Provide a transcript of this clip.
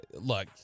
look